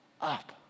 Up